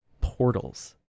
portals